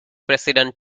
president